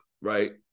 right